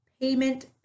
payment